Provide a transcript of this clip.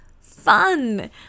fun